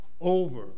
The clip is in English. over